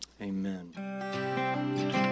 Amen